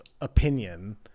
opinion